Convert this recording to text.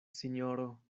sinjoro